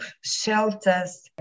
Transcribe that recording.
shelters